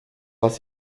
was